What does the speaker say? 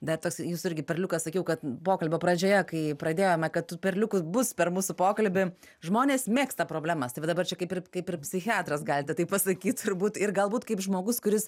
dar tas jūsų irgi perliukas sakiau kad pokalbio pradžioje kai pradėjome kad tų perliukų bus per mūsų pokalbį žmonės mėgsta problemas tai va dabar čia kaip ir kaip ir psichiatras galite tai pasakyt turbūt ir galbūt kaip žmogus kuris